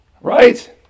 right